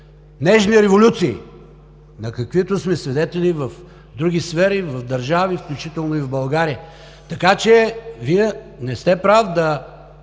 нежни революции, на каквито сме свидетели в други сфери, в държави, включително и в България. Така че Вие не сте прав да